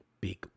big